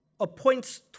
appoints